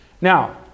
Now